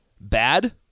Bad